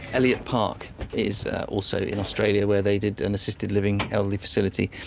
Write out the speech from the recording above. elliot park is also in australia where they did an assisted living elderly facility,